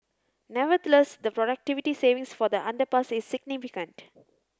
nevertheless the productivity savings for the underpass is significant